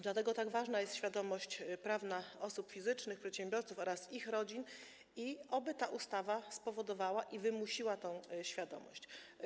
Dlatego tak ważna jest świadomość prawna osób fizycznych, przedsiębiorców oraz ich rodzin i oby ta ustawa spowodowała i wymusiła tę świadomość.